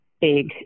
big